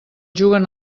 juguen